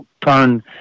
turn